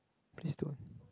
please don't